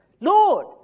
Lord